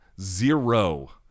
Zero